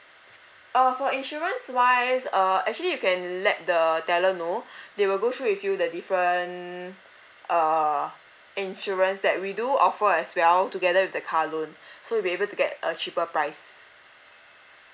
uh for insurance wise uh actually you can let the teller know they will go through with you the different err insurance that we do offer as well together with the car loan so you will be able to get a cheaper price